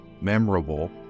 memorable